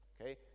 okay